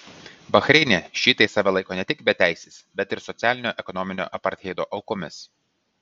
bahreine šiitai save laiko ne tik beteisiais bet ir socialinio ir ekonominio apartheido aukomis